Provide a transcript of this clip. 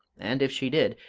and if she did,